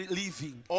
living